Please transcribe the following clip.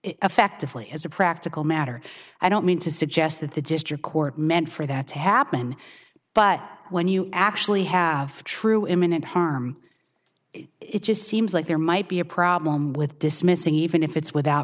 effectively as a practical matter i don't mean to suggest that the district court meant for that to happen but when you actually have true imminent harm it just seems like there might be a problem with dismissing even if it's without